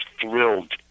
thrilled